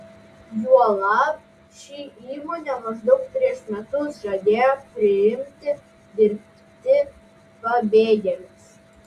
juolab ši įmonė maždaug prieš metus žadėjo priimti dirbti pabėgėlius